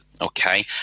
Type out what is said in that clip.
okay